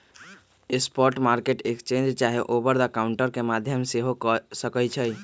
spot market exchange चाहे over the counter के माध्यम से हो सकइ छइ